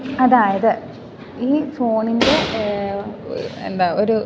അതായത് ഈ ഫോണിൻ്റെ എന്താ ഒരു